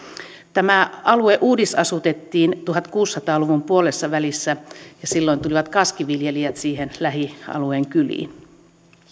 tämä alue uudisasutettiin tuhatkuusisataa luvun puolessavälissä ja silloin tulivat kaskiviljelijät siihen lähialueen kyliin